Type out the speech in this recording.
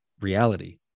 reality